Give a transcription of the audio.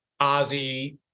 Ozzy